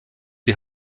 die